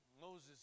Moses